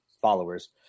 followers